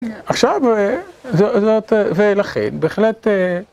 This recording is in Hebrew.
עכשיו, ולכן, בהחלט...